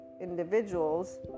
individuals